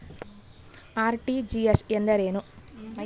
RTGS ಎಂದರೇನು?